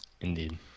Indeed